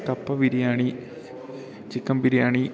കപ്പ ബിരിയാണി ചിക്കൻ ബിരിയാണി